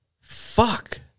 fuck